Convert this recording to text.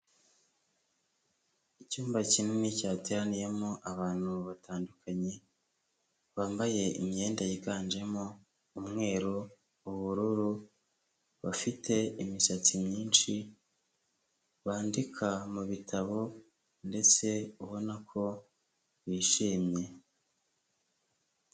Icyumba kinini cyateraniyemo abantu batandukanye, bambaye imyenda yiganjemo umweru, ubururu, bafite imisatsi myinshi bandika mu bitabo ndetse ubona ko bishimye.